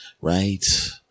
right